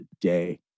day